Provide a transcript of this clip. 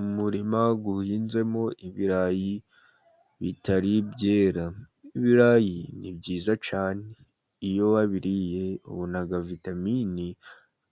Umurima uhinzemo ibirayi bitari byeyera. Ibirayi ni byiza cyane, iyo wabiririye ubona vitamini